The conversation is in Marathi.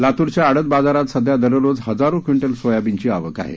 लातूरच्या आडात बाजारात सध्या दररोज हजारो क्विंटल सोयाबीनची आवक आहे